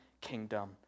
kingdom